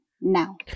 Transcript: now